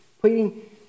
pleading